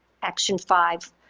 action five,